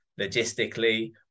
logistically